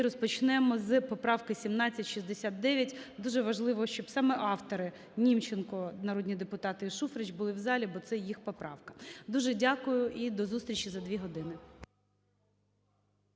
розпочнемо з поправки 1769. Дуже важливо, щоб саме автори Німченко, народні депутати, і Шуфрич були в залі, бо це їх поправка. Дуже дякую і до зустрічі за дві години.